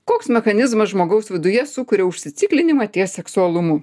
koks mechanizmas žmogaus viduje sukuria užsiciklinimą ties seksualumu